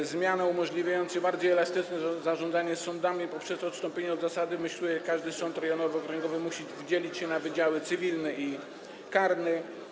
To zmiany umożliwiające bardziej elastyczne zarządzanie sądami poprzez odstąpienie od zasady, w myśl której każdy sąd rejonowy, okręgowy musi dzielić się na wydziały cywilne i karne.